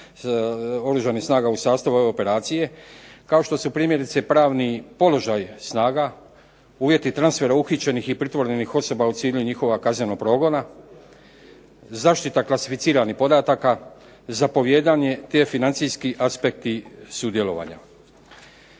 Oružanih snaga u sastavu ove Operacije, kao što su primjerice pravni položaj snaga, uvjeti transfera uhićenih i pritvorenih osoba u cilju njihovog kaznenog progona, zaštita klasificiranih podataka, zapovijedanje te financijski aspekti sudjelovanja.